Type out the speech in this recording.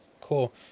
Cool